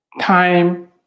Time